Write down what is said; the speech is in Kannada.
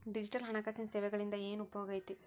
ಡಿಜಿಟಲ್ ಹಣಕಾಸಿನ ಸೇವೆಗಳಿಂದ ಏನ್ ಉಪಯೋಗೈತಿ